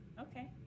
Okay